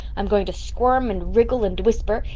i'm going to squirm and wriggle and whisper,